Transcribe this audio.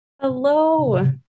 Hello